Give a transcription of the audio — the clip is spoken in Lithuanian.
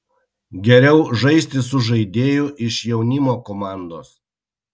geriau žaisti su žaidėju iš jaunimo komandos